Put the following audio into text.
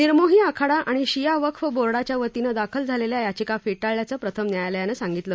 निर्मोही आखाडा आणि शिया वक्फ बोर्डाच्या वतीनं दाखल झालेल्या याचिका फेटाळल्याचं प्रथम न्यायालयानं सांगितलं